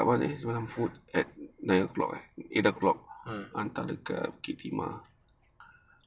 ah